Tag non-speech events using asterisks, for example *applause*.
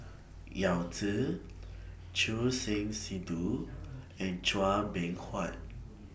Yao Zi Choor Singh Sidhu *noise* and Chua Beng Huat